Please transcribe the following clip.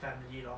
family lor